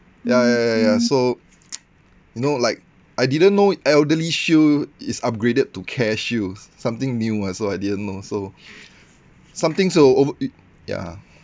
ya ya ya ya so know like I didn't know elderly shield is upgraded to careshield something new ah so I didn't know so something so ov~ yeah